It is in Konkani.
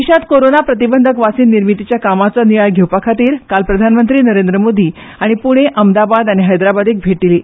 देशांत कोरोना प्रतिबंधक वासीन निर्मितीच्या कामाचो नियाळ घेवपा खातीर आयज प्रधानमंत्री नरेंद्र मोदी हांणी पुणें अहमदाबाद आनी हैदराबादेक भेट दिली